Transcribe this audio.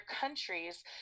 countries